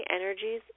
energies